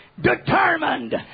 Determined